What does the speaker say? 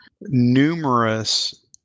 numerous